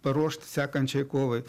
paruošt sekančiai kovai